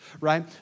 right